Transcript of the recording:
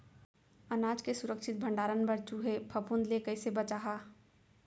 अनाज के सुरक्षित भण्डारण बर चूहे, फफूंद ले कैसे बचाहा?